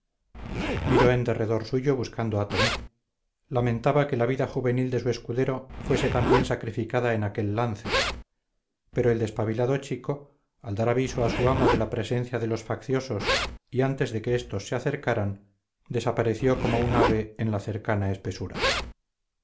en derredor suyo buscando a tomé lamentaba que la vida juvenil de su escudero fuese también sacrificada en aquel lance pero el despabilado chico al dar aviso a su amo de la presencia de los facciosos y antes de que estos se acercaran desapareció como un ave en la cercana espesura